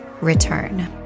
return